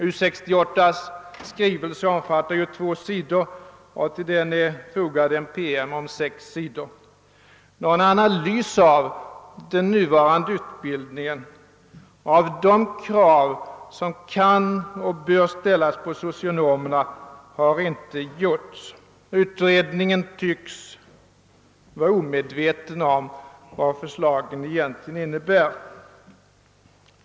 U 68:s skrivelse omfattar två sidor, och till skrivelsen är fogad en PM om sex sidor. Någon analys av den nuvarande utbildningen och av de krav som kan och bör ställas på socionomerna har inte gjorts. Utredningen tycks vara omedveten om vad förslagen egentligen innebär.